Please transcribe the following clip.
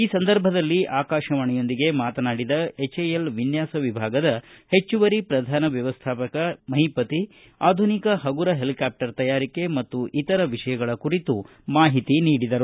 ಈ ಸಂದರ್ಭದಲ್ಲಿ ಆಕಾಶವಾಣಿಯೊಂದಿಗೆ ಮಾತನಾಡಿದ ಎಚ್ಎಎಲ್ ವಿನ್ಯಾಸ ವಿಭಾಗದ ಹೆಚ್ಚುವರಿ ಪ್ರಧಾನ ವ್ಯವಸ್ಥಾಪಕ ಮಹಿಪತಿ ಆಧುನಿಕ ಹಗುರ ಹೆಲಿಕಾಪ್ಟರ್ ತಯಾರಿಕೆ ಮತ್ತು ಇತರ ವಿಷಯಗಳ ಕುರಿತು ಮಾಹಿತಿ ನೀಡಿದರು